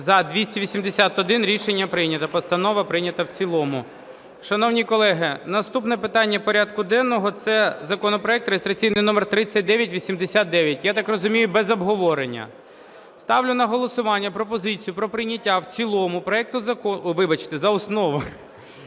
За-281 Рішення прийнято. Постанова прийнята в цілому. Шановні колеги, наступне питання порядку денного – це законопроект реєстраційний номер 3989. Я так розумію, без обговорення. Ставлю на голосування пропозицію про прийняття в цілому… вибачте, за основу,